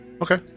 Okay